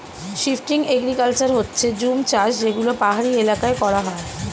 shifting agriculture হচ্ছে জুম চাষ যেগুলো পাহাড়ি এলাকায় করা হয়